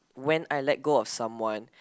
when I let go of someone